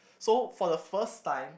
so for the first time